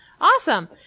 Awesome